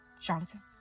charlatans